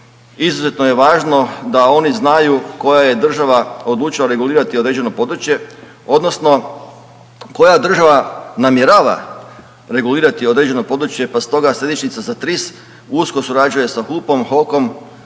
izuzetno je važno da oni znaju koja je država odlučila regulirati određeno područje odnosno koja država namjerava regulirati određeno područje pa stoga središnjica za TRIS usko surađuje sa HUP-om, HOK-om,